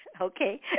Okay